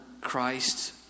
Christ